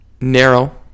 narrow